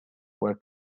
were